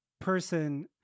person